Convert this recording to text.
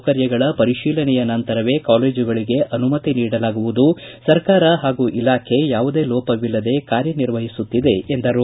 ಮೂಲಭೂತ ಸೌಕರ್ಯಗಳ ಪರಿಶೀಲನೆಯ ನಂತರವೆ ಕಾಲೇಜುಗಳಿಗೆ ಅನುಮತಿ ನೀಡಲಾಗುವುದು ಸರ್ಕಾರ ಹಾಗೂ ಇಲಾಖೆಯಿಂದ ಯಾವುದೇ ಲೋಪವಿಲ್ಲದೆ ಕಾರ್ಯ ನಿರ್ವಹಿಸುತ್ತಿದೆ ಎಂದರು